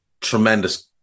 tremendous